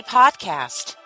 podcast